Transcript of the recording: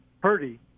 Purdy